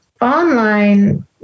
Online